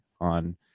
on